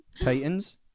Titans